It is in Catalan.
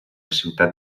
ciutat